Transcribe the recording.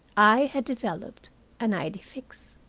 i had developed an idee fixe.